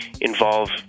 involve